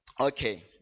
Okay